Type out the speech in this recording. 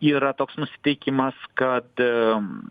yra toks nusiteikimas kad